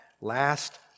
last